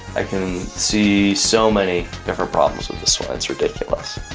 i can see so many different problems with this one it's ridiculous.